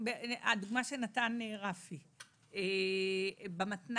הדוגמה שנתן רפי במתנ"ס,